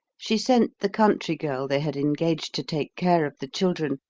she sent the country girl they had engaged to take care of the children,